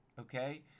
okay